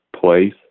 place